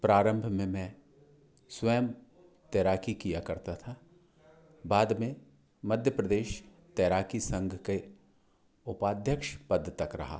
प्रारंभ में मैं स्वयं तैराकी किया करता था बाद में मध्य प्रदेश तैराकी संघ के उपाध्यक्ष पद तक रहा